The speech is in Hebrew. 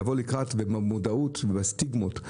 לבוא לקראת ובמועדות ובסטיגמות,